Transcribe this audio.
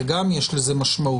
גם לזה יש משמעות.